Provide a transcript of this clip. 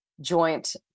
joint